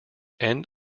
end